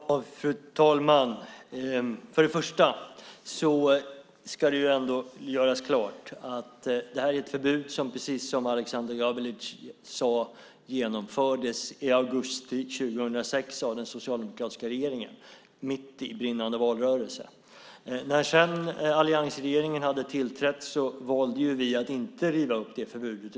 Fru talman! Först och främst ska det göras klart att det här är ett förbud som, precis som Aleksander Gabelic sade, beslutades i augusti 2006 mitt i brinnande valrörelse av den socialdemokratiska regeringen. När sedan alliansregeringen hade tillträtt valde vi att inte riva upp beslutet.